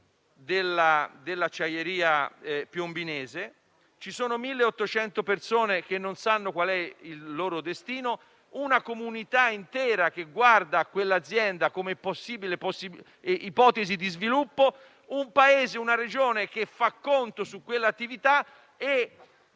dell'acciaieria piombinese. Ci sono 1.800 persone che non sanno quale sarà il loro destino, una comunità intera che guarda a quell'azienda come possibile ipotesi di sviluppo e un Paese e una Regione che fanno conto su quell'attività,